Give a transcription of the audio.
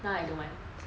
now I don't want